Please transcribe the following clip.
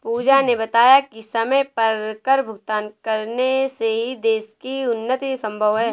पूजा ने बताया कि समय पर कर भुगतान करने से ही देश की उन्नति संभव है